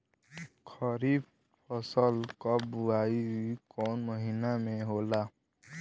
खरीफ फसल क बुवाई कौन महीना में होला?